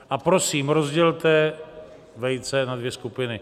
A prosím, rozdělte vejce na dvě skupiny.